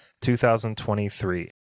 2023